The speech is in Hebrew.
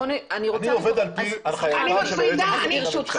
אני עובד על פי הנחייתו של היועץ המשפטי לממשלה.